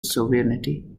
sovereignty